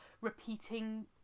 repeating